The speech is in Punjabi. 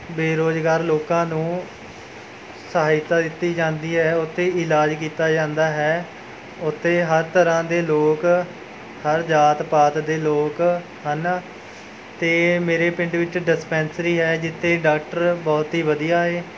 ਬੇਰੁਜ਼ਗਾਰ ਲੋਕਾਂ ਨੂੰ ਸਹਾਇਤਾ ਦਿੱਤੀ ਜਾਂਦੀ ਹੈ ਉੱਥੇ ਇਲਾਜ ਕੀਤਾ ਜਾਂਦਾ ਹੈ ਉੱਥੇ ਹਰ ਤਰ੍ਹਾਂ ਦੇ ਲੋਕ ਹਰ ਜਾਤ ਪਾਤ ਦੇ ਲੋਕ ਹਨ ਅਤੇ ਮੇਰੇ ਪਿੰਡ ਵਿੱਚ ਡਿਸਪੈਂਸਰੀ ਹੈ ਜਿੱਥੇ ਡਾਕਟਰ ਬਹੁਤ ਹੀ ਵਧੀਆ ਹੈ